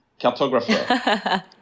cartographer